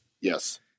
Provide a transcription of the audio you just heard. Yes